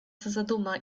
zaduma